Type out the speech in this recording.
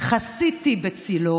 יצביעו בבחירות,